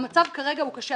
המצב כרגע הוא קשה.